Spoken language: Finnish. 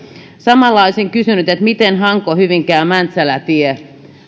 samalla olisin kysynyt hanko hyvinkää mäntsälä tiestä